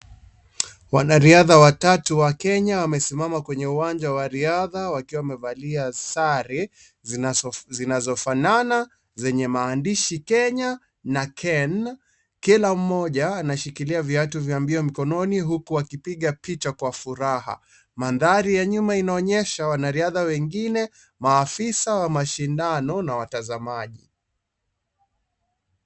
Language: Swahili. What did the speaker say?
Wanariadha watatu wa kenya wamesimama kwenye uwanja wa riadha wakiwa wamevalia sare zinazofanana. Zenye maandishi Kenya na ken. Kila mmoja anashikilia viatu vya mbio mkononi huku wakipiga picha kwa furaha. Mandhari ya nyuma inaonyesha wana riadha wengine, maafisa wa mashindano na watazamaji.